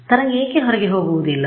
ತರಂಗಏಕೆ ಹೊರಗೆ ಹೋಗುವುದಿಲ್ಲ